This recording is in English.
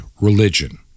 religion